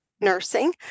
nursing